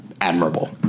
admirable